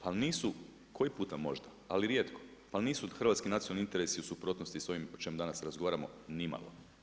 Ali nisu koji puta možda, ali rijetko, ali nisu hrvatski nacionalni interesi u suprotnosti sa ovim o čem danas razgovaramo ni malo.